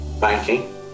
banking